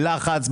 בלחץ,